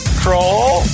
crawl